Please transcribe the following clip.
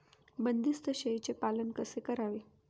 बंदिस्त शेळीचे पालन कसे करावे?